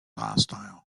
hostile